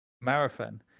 marathon